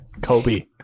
Kobe